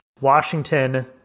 Washington